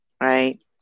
right